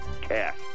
cash